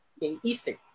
Easter